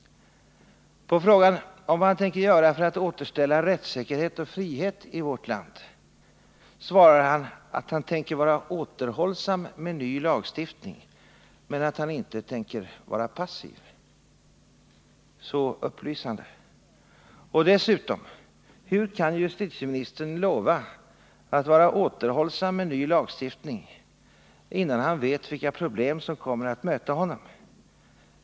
På min fråga om vad han tänker göra för att återställa rättssäkerhet och frihet i vårt land svarar han att han tänker vara återhållsam med ny lagstiftning, men att han inte tänker vara passiv. Så upplysande! Och dessutom: Hur kan justitieministern lova att vara återhållsam med ny lagstiftning, innan han vet vilka problem som kommer att möta honom?